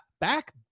back